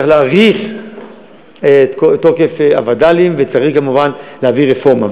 צריך להאריך את תוקף הווד"לים וצריך כמובן להביא רפורמה.